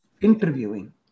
interviewing